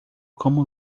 como